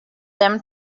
them